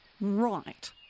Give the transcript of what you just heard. Right